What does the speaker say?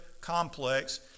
complex